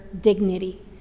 dignity